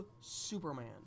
Superman